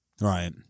Right